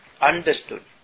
understood